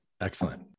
Excellent